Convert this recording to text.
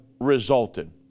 resulted